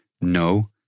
No